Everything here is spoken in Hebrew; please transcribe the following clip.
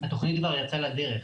התכנית כבר יצאה לדרך,